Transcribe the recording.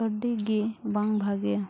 ᱟᱹᱰᱤᱜᱮ ᱵᱟᱝ ᱵᱷᱟᱜᱮᱭᱟ